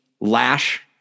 Lash